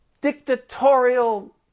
dictatorial